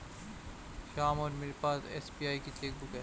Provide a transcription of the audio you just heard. श्याम और मेरे पास एस.बी.आई की चैक बुक है